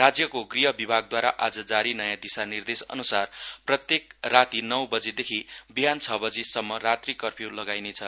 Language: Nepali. राज्यको गृह विभागद्वारा आज जारी दिशानिर्देशअन्सार प्रत्येक राती नौ बजीदेखि बिहान छ बजीसम्म कफ्र्य् लगाइनेछ